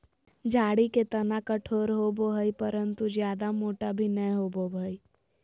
झाड़ी के तना कठोर होबो हइ परंतु जयादा मोटा भी नैय होबो हइ